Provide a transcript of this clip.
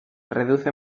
reduce